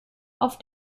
auf